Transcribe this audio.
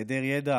היעדר ידע